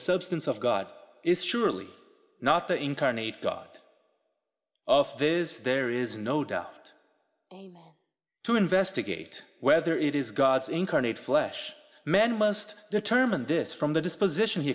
substance of god is surely not the incarnate god of this there is no doubt to investigate whether it is god's incarnate flesh man must determine this from the disposition he